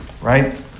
right